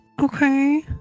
Okay